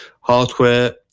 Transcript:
hardware